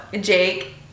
Jake